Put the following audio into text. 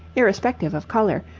irrespective of colour,